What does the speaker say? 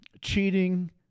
cheating